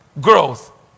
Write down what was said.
growth